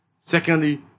Secondly